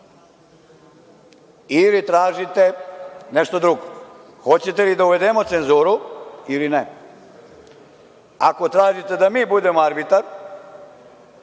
ili tražite nešto drugo? Hoćete li da uvedemo cenzuru ili ne? Ako tražite da mi budemo arbitar,